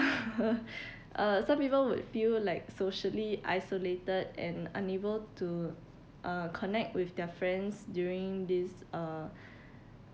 uh some people would feel like socially isolated and unable to uh connect with their friends during this uh